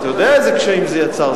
אתה יודע איזה קשיים זה יצר.